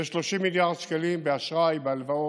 ויש 30 מיליארד שקלים באשראי, בהלוואות.